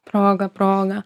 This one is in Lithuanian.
progą progą